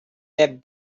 that